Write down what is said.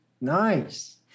nice